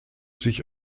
sich